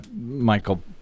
Michael